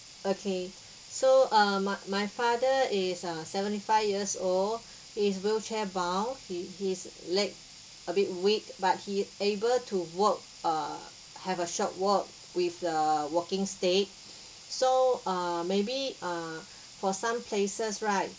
okay so uh my my father is uh seventy five years old he's wheelchair bound he his leg a bit weak but he able to walk err have a short walk with the walking stick so err maybe uh for some places right